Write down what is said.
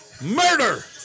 murder